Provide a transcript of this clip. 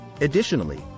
Additionally